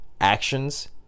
actions